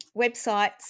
websites